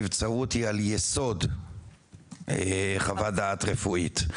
שהנבצרות היא על יסוד חוות דעת רפואית,